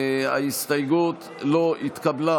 ההסתייגות לא התקבלה.